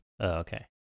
okay